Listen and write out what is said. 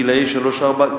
גילאי שלוש-ארבע,